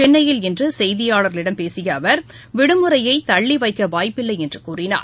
சென்னையில் இன்று செய்தியாளர்களிடம் பேசிய அவர் விடுமுறையை தள்ளிவைக்க வாய்ப்பில்லை என்று கூறினார்